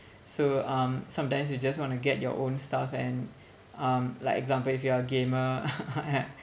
so um sometimes you just want to get your own stuff and um like example if you're a gamer